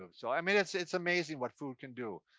um so i mean, it's it's amazing what food can do.